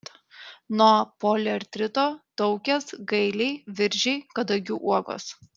nuo poliartrito taukės gailiai viržiai kadagių uogos